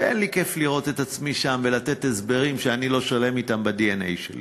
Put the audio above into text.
ואין לי כיף לראות את עצמי שם ולתת הסברים שאני לא שלם אתם בדנ"א שלי.